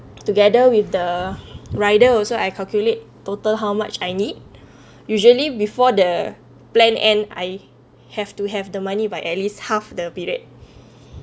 together with the rider also I calculate total how much I need usually before the plan end I have to have the money but at least half the period